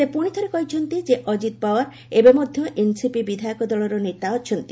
ସେ ପ୍ରଣିଥରେ କହିଛନ୍ତି ଯେ ଅଜିତ ପାୱାର ଏବେ ମଧ୍ୟ ଏନସିପି ବିଧାୟକ ଦଳର ନେତା ଅଛନ୍ତି